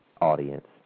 audience